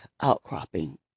outcropping